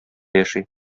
яши